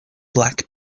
black